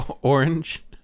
Orange